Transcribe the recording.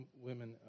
women